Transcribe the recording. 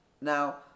Now